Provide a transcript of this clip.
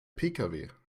pkw